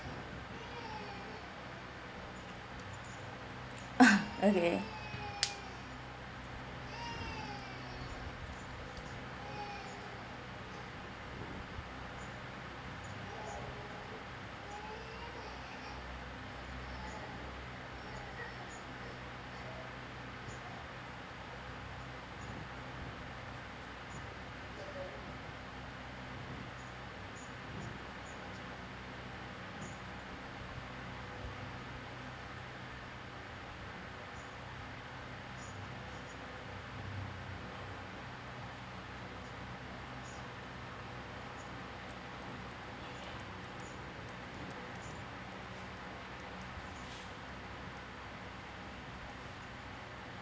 okay